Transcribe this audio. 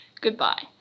Goodbye